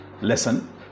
lesson